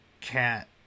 cat